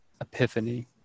epiphany